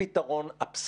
פתרון אבסולוטי.